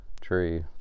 tree